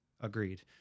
Agreed